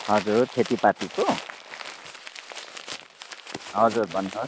हजुर खेतीपातीको हजुर भन्नुहोस्